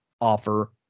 offer